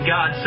God